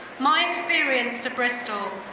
my experience at bristol,